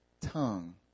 tongue